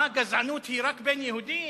מה, גזענות זה רק בין יהודים?